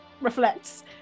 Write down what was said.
reflects